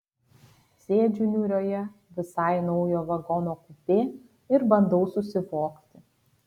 sėdžiu niūrioje visai naujo vagono kupė ir bandau susivokti